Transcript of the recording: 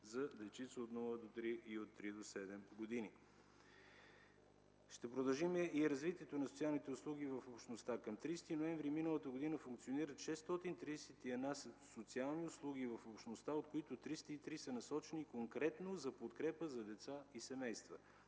за дечица от 0 до 3 и от 3 до 7 години. Ще продължи ли развитието на социалните услуги в общността? Към 30 ноември миналата година функционират 631 социални услуги в общността, от които 303 са насочени конкретно за подкрепа за деца и семейства.